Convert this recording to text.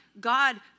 God